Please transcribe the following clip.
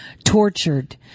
tortured